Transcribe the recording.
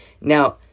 Now